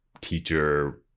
teacher